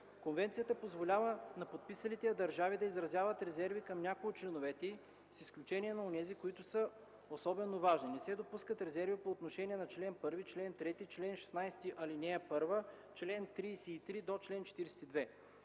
Конвенцията позволява на подписалите я държави да изразяват резерви към някои от членовете й, с изключение на онези, които са особено важни. Не се допускат резерви по отношение на чл. 1, чл. 3, чл. 4, чл. 16, ал. 1 и чл. 33 42.